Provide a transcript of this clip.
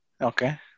Okay